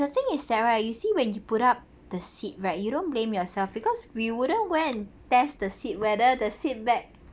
the thing is that right you see when you put up the seat right you don't blame yourself because we wouldn't went and test the seat whether the seat back